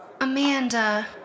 Amanda